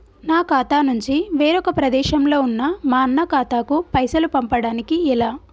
నా ఖాతా నుంచి వేరొక ప్రదేశంలో ఉన్న మా అన్న ఖాతాకు పైసలు పంపడానికి ఎలా?